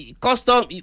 custom